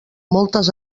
moltes